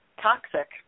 toxic